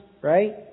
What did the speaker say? right